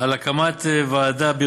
על הקמת ועדה,